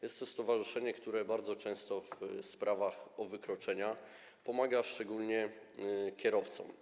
Jest to stowarzyszenie, które bardzo często w sprawach o wykroczenia pomaga szczególnie kierowcom.